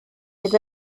oedd